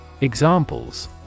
Examples